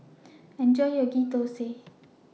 Enjoy your Ghee Thosai